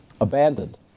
abandoned